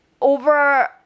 over